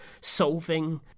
solving